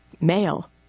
male